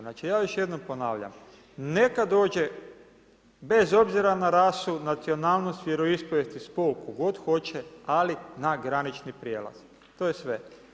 Znači, ja još jednom ponavljam, neka dođe, bez obzira na rasu, nacionalnost, vjeroispovijest i spol, tko god hoće, ali na granični prijelaz, to je sve.